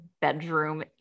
bedroom